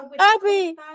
Abby